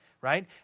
right